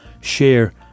share